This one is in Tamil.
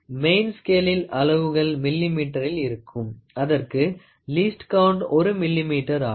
மெயின் ஸ்கேலில் அளவுகள் மில்லி மீட்டரில் இருக்கும் அதற்கு லீஸ்ட் கவுண்ட் ஒரு மில்லி மீட்டர் ஆகும்